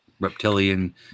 reptilian